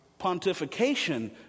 pontification